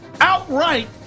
outright